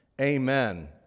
amen